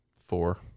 Four